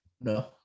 No